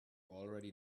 already